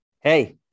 Hey